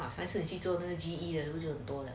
下次你去做那个不就多了